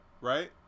Right